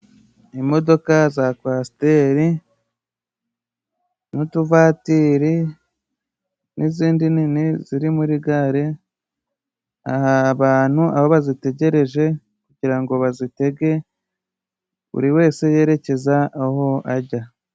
Imodoka za kwasiteri, n'utuvatiri, n'izindi nini ziri muri gare abantu aho bazitegereje, kugira ngo bazitege, buri wese yerekeze aho ajya.